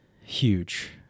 huge